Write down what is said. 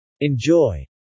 Enjoy